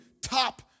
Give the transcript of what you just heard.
top